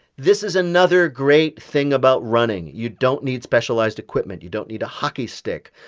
this is another great thing about running. you don't need specialized equipment. you don't need a hockey stick.